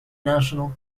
national